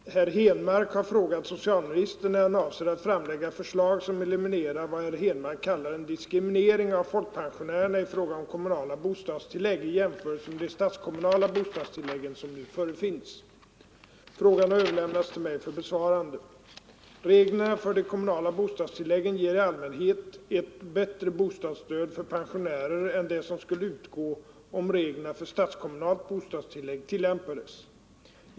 Herr talman! Herr Henmark har frågat socialministern när han avser att framlägga förslag som eliminerar vad herr Henmark kallar den diskriminering av folkpensionärerna i fråga om kommunala bostadstillägg i jämförelse med de statskommunala bostadstilläggen, som nu förefinnes. Frågan har överlämnats till mig för besvarande. Reglerna för de kommunala bostadstilläggen ger i allmänhet ett bättre bostadsstöd för pensionärer än det som skulle utgå om reglerna för statskommunalt bostadstillägg tillämpades.